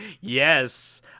yes